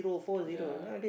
ya